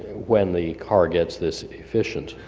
when the car gets this efficient.